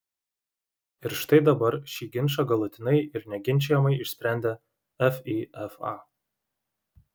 ir štai dabar šį ginčą galutinai ir neginčijamai išsprendė fifa